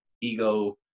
ego